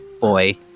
boy